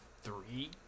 three